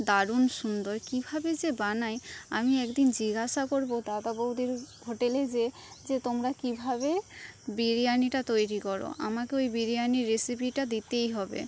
দারুণ সুন্দর কীভাবে যে বানায় আমি একদিন জিজ্ঞাসা করব দাদা বৌদির হোটেলে যে যে তোমরা কীভাবে বিরিয়ানিটা তৈরি করো আমাকে ওই বিরিয়ানির রেসিপিটা দিতেই হবে